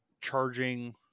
charging